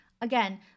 Again